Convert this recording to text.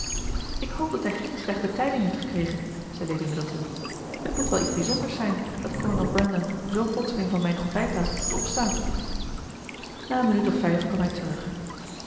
ik hoop dat hij geen slechte tijding heeft gekregen zei lady middleton het moet wel iets bijzonders zijn dat kolonel brandon zoo plotseling van mijn ontbijttafel doet opstaan na een minuut of vijf kwam hij terug